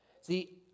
See